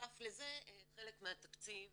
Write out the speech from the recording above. בנוסף לזה, חלק מהתקציב